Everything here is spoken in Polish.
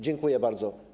Dziękuję bardzo.